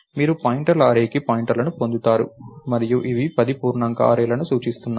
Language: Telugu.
మీరు పాయింటర్ల అర్రేకి పాయింటర్లను పొందుతారు మరియు ఇవి 10 పూర్ణాంక అర్రేల ను సూచిస్తున్నాయి